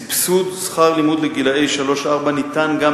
סבסוד שכר-לימוד לגילאי שלוש-ארבע ניתן גם